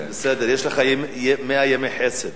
יש לך מאה ימי חסד.